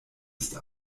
ist